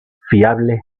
fiable